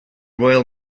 royal